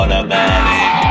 Automatic